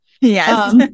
Yes